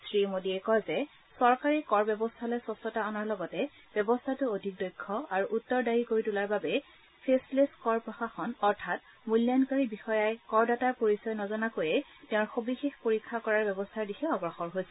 শ্ৰীমোদীয়ে কয় যে চৰকাৰে কৰ ব্যৱস্থালৈ স্কচ্চতা অনাৰ লগতে ব্যৱস্থাটো অধিক দক্ষ আৰু উত্তৰদায়ী কৰি তোলাৰ অৰ্থে ফেচলেছ কৰ প্ৰশাসন অৰ্থাৎ মূল্যায়ণকাৰী বিষয়াই কৰদাতাৰ পৰিচয় নজনাকৈয়ে তেওঁৰ সবিশেষ পৰীক্ষা কৰাৰ ব্যৱস্থাৰ দিশে অগ্ৰসৰ হৈছে